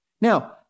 Now